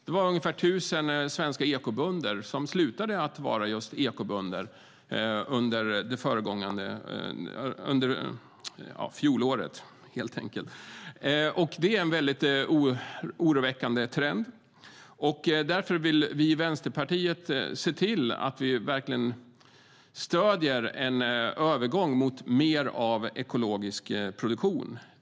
Det var ungefär 1 000 svenska ekobönder som slutade att vara just ekobönder under fjolåret. Det är en oroväckande trend. Därför vill vi i Vänsterpartiet se till att vi verkligen stöder en övergång till mer av ekologisk produktion.